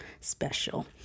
special